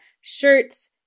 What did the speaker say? shirts